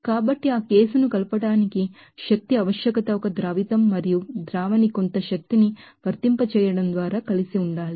కాబట్టి ఆ కేసును కలపడానికిಎನರ್ಜಿ రిక్విర్మెంట్ ఒక సాల్వెంట్ మరియు సోల్యూట్ని కొంత శక్తిని వర్తింపజేయడం ద్వారా కలిసి ఉండాలి